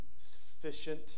sufficient